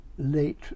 late